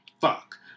fuck